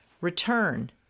Return